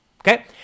okay